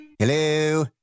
Hello